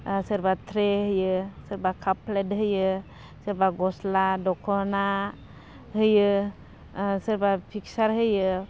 सोरबा ट्रे होयो सोरबा काप प्लेट होयो सोरबा गस्ला दख'ना होयो सोरबा पिकसार होयो